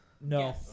No